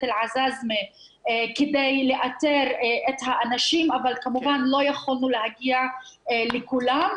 אל-עזאזמה כדי לאתר את האנשים אבל כמובן לא יכולנו להגיע לכולם.